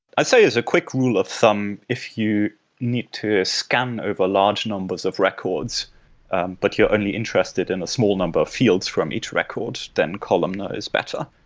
i say as a quick rule of thumb, if you need to scan over large numbers of records but you're only interested in a small number of fields from each record, then columnar is better.